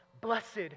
blessed